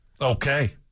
Okay